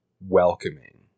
welcoming